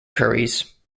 ceres